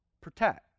protect